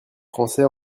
français